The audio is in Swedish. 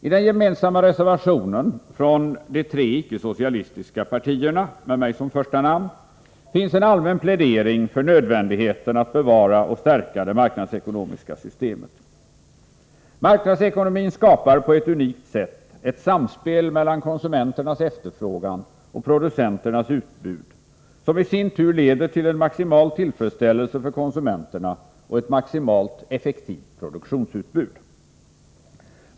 I den gemensamma reservationen från de tre icke-socialistiska partierna med mig som första namn finns en allmän plädering för nödvändigheten att bevara och stärka det marknadsekonomiska systemet. Marknadsekonomin skapar på ett unikt sätt ett samspel mellan konsumenternas efterfrågan och producenternas utbud som i sin tur leder till en maximal tillfredsställelse för konsumenterna och ett maximalt effektivt produktionsutbud.